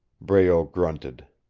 breault grunted.